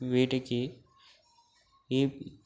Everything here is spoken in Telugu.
వీటికి ఈ